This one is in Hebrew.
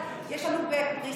יש לנו כבר בבאר שבע,